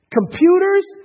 computers